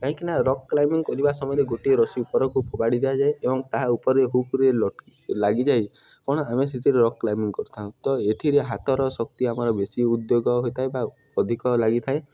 କାହିଁକିନା rock climbing କରିବା ସମୟରେ ଗୋଟେ ରସି ଉପରକୁ ଫୋବାଡ଼ି ଦିଆଯାଏ ଏବଂ ତାହା ଉପରେ ହୁକ୍ରେ ଲାଗିଯାଏ କ'ଣ ଆମେ ସେଥିରେ ରକ୍ କ୍ଲାଇମ୍ବିଙ୍ଗ କରିଥାଉ ତ ଏଥିରେ ହାତର ଶକ୍ତି ଆମର ବେଶି ଉଦ୍ୟୋଗ ହୋଇଥାଏ ବା ଅଧିକ ଲାଗିଥାଏ